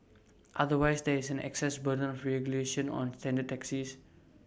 otherwise there is an access burden of regulation on standard taxis